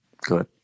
good